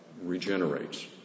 regenerates